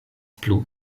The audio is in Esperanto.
plu